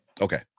okay